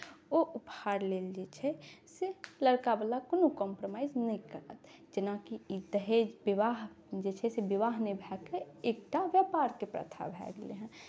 ओ उपहार लेल जे छै से लड़कावला कोनो कॉम्प्रोमाइज नहि करत जेनाकि ई दहेज विवाह जे छै से विवाह नहि भए कऽ एकटा व्यापारके प्रथा भए गेलै हेँ